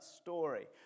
story